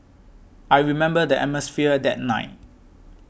I remember the atmosphere that night